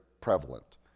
prevalent